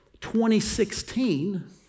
2016